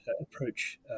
approach